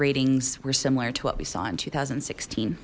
ratings were similar to what we saw in two thousand and sixteen